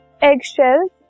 eggshells